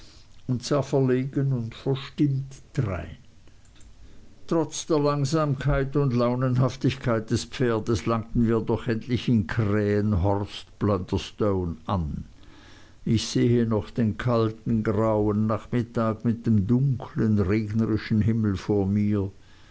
sah verlegen und verstimmt drein trotz der langsamkeit und launenhaftigkeit des pferdes langten wir doch endlich in krähenhorst blunderstone an ich sehe noch den kalten grauen nachmittag mit dem dunkeln regnerischen himmel vor mir